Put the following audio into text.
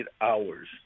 hours